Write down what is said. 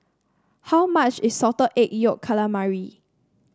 how much is Salted Egg Yolk Calamari